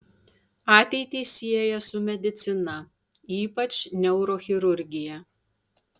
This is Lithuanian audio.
ateitį sieja su medicina ypač neurochirurgija